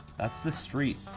that's the street.